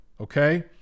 okay